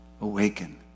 awaken